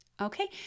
Okay